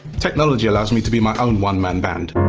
technology allows me to be my own one-man band